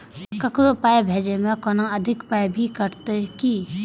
ककरो पाय भेजै मे कोनो अधिक पाय भी कटतै की?